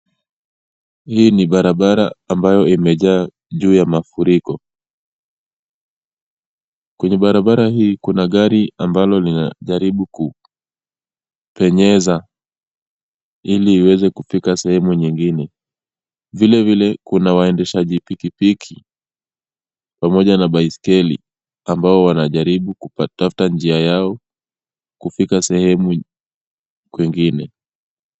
Hii ni barabara ambayo imejaa juu ya mafuriko. Kwenye barabara hii kuna gari ambalo linajaribu kupenyeza ili iweze kufika sehemu nyingine. Vilevile kuna waendeshaji pikipiki pamoja na baiskeli, ambao wanajaribu kutafuta njia yao kufika sehemu kwingine.